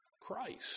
Christ